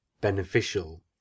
beneficial